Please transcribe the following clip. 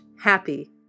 happy